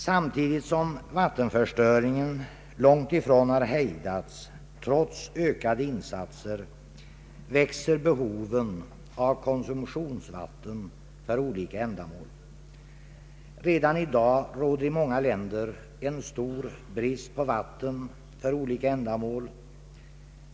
Samtidigt som vattenförstöringen långt ifrån har hejdats, trots ökade insatser, växer behoven av konsumtionsvatten. Redan i dag råder i många länder stor brist på vatten för olika ändamål.